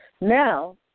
Now